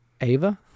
Ava